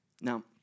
Now